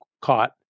caught